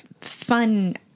fun